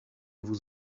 vous